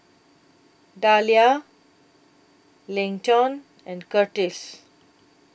Dalia Leighton and Curtis